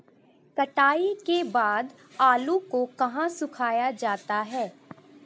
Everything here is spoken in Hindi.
कटाई के बाद आलू को कहाँ सुखाया जाता है?